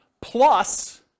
plus